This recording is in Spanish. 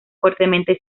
fuertemente